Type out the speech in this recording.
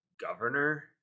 governor